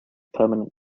permanent